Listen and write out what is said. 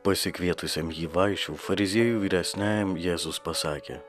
pasikvietusiam jį vaišių fariziejų vyresniajam jėzus pasakė